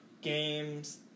games